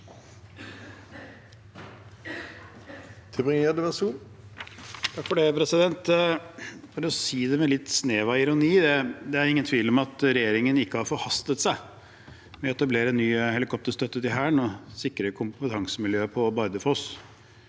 (FrP) For å si det med et lite snev av ironi: Det er ingen tvil om at regjeringen ikke har forhastet seg med å etablere ny helikopterstøtte til Hæren og å sikre kompetansemiljøet på Bardufoss.